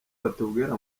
batubwira